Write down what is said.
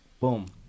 Boom